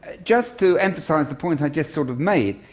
ah just to emphasise the point i just sort of made,